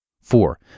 Four